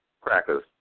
crackers